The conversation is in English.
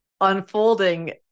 unfolding